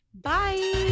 Bye